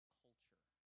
culture